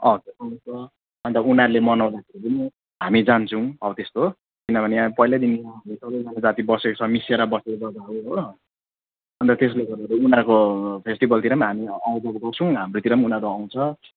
अँ अन्त उनीहरूले मनाउँदाखेरि पनि हामी जान्छौँ हौ त्यस्तो किनभने यहाँ पहिल्यैदेखि जाति बसेको छ मिसिएर बसेकोले गर्दाखेरि हो अन्त त्यसले गर्दाखेरि उनीहरूको फेस्टिवलतिर पनि हामी आऊजाऊ गर्छौँ हाम्रोतिर पनि उनीहरू आउँछ